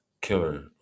killer